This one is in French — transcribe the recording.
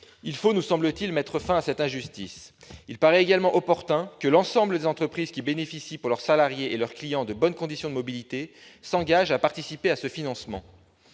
Il faut, nous semble-t-il, mettre fin à cette injustice. Il paraît également opportun que l'ensemble des entreprises qui bénéficient, pour leurs salariés et leurs clients, de bonnes conditions de mobilité s'engagent à participer à ce financement.